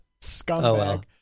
Scumbag